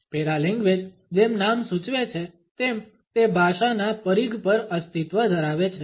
paralanguage જેમ નામ સૂચવે છે તેમ તે ભાષાના પરિઘ પર અસ્તિત્વ ધરાવે છે